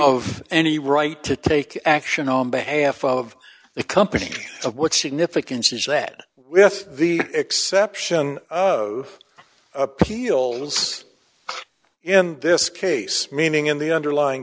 of any right to take action on behalf of the company of what significance is that with the exception appeals in this case meaning in the underlying